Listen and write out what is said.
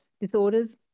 disorders